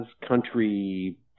country